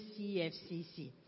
CFCC